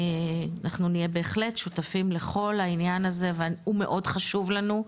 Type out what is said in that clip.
אנחנו נהיה בהחלט שותפים לכל העניין הזה והוא מאוד חשוב לנו.